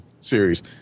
series